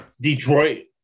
Detroit